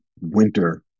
winter